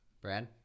Brad